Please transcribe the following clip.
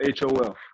HOF